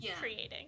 creating